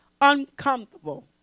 uncomfortable